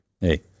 Hey